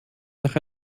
nach